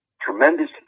tremendous